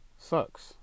sucks